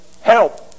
help